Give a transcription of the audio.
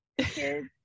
kids